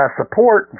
support